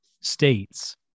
states